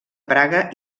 praga